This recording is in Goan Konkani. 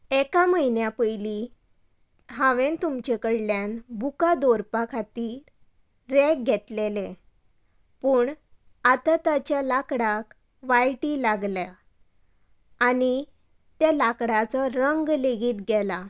एका म्हयन्या पयलीं हांवें तुमचे कडल्यान बुकां दवरपा खातीर रेग घेतलेलें पूण आतां ताच्या लांकडाक वाळटी लागल्या आनी ते लांकडाचो रंग लेगीत गेला